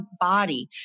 body